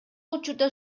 учурда